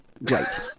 right